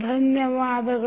ದನ್ಯವಾದಗಳು